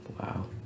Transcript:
Wow